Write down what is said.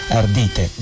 ardite